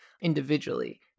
individually